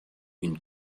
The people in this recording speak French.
une